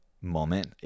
moment